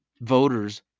voters